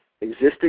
existing